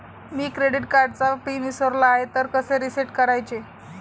मी credit कार्डचा pin विसरलो आहे तर कसे रीसेट करायचे?